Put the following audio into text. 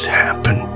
happen